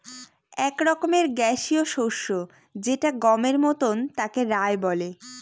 এক রকমের গ্যাসীয় শস্য যেটা গমের মতন তাকে রায় বলে